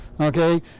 okay